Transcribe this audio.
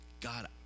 God